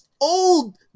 old